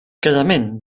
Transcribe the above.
casament